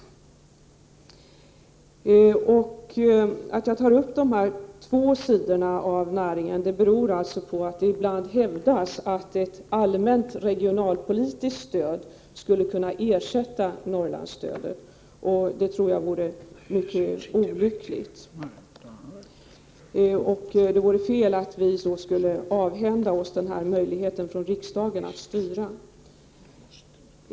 Att jag tar upp dessa två sidor av näringen beror på att det ibland hävdas att ett allmänt regionalt politiskt stöd skulle kunna ersätta Norrlandsstödet. Det tror jag vore mycket olyckligt. Det vore fel att vi i riksdagen då skulle avhända oss möjligheten att styra.